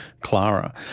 clara